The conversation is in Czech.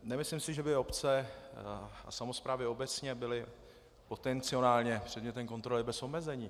Nemyslím si, že by obce a samosprávy obecně byly potenciálně předmětem kontroly bez omezení.